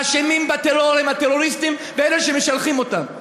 האשמים בטרור הם הטרוריסטים ואלה שמשלחים אותם.